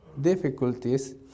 difficulties